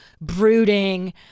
brooding